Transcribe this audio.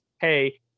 hey